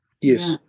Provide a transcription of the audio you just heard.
yes